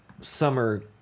summer